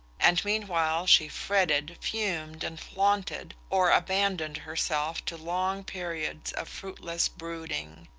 and meanwhile she fretted, fumed and flaunted, or abandoned herself to long periods of fruitless brooding.